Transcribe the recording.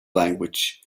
language